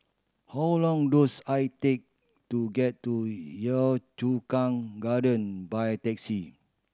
how long dose I take to get to Yio Chu Kang Garden by taxi